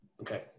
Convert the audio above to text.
okay